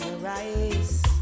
rise